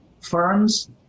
Firms